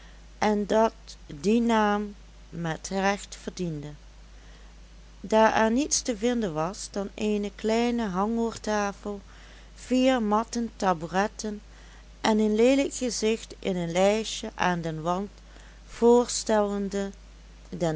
en dat dien naam met recht verdiende daar er niets te vinden was dan eene kleine hangoortafel vier matten tabouretten en een leelijk gezicht in een lijstjen aan den wand voorstellende den